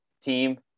team